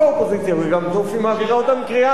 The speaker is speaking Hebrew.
וגם טוב שהיא מעבירה אותן בקריאה ראשונה,